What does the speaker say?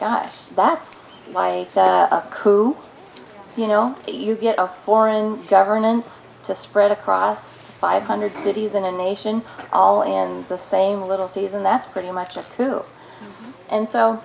god that's like who you know you get a foreign governments to spread across five hundred cities in a nation all in the same little season that's pretty much true and so